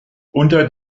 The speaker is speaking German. unter